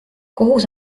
kohus